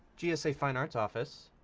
gsa fine arts office.